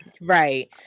right